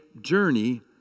journey